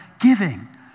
giving